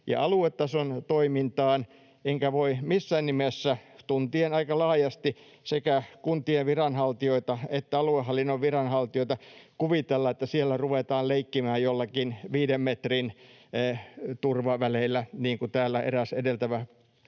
aluetason toimintaan, enkä voi missään nimessä — tuntien aika laajasti sekä kuntien viranhaltijoita että aluehallinnon viranhaltijoita — kuvitella, että siellä ruvetaan leikkimään joillakin 5 metrin turvaväleillä, niin kuin täällä eräs edeltävä